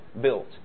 built